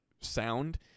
sound